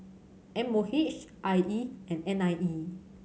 M O H I E and N I E